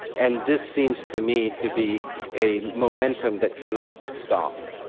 and this seems to me to be a momentum that cannot be stopped.